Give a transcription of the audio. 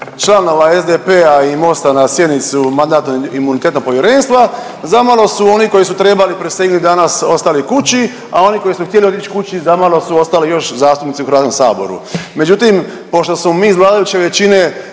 članova SDP-a i MOST-a na sjednicu Mandatno-imunitetnog povjerenstva zamalo su oni koji su trebali prisegnuti danas ostali kući, a oni koji su htjeli otići kući zamalo su ostali još zastupnici u Hrvatskom saboru. Međutim, pošto smo mi iz vladajuće većine